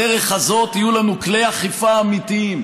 בדרך הזאת יהיו לנו כלי אכיפה אמיתיים,